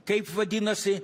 kaip vadinasi